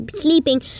Sleeping